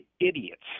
idiots